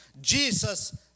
Jesus